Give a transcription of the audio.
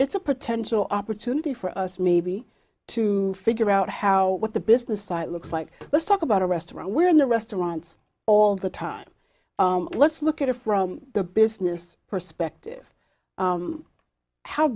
it's a potential opportunity for us maybe to figure out how the business side looks like let's talk about a restaurant where in the restaurant all the time let's look at it from the business perspective